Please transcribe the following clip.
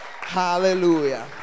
Hallelujah